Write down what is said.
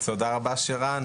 תודה רבה שרן,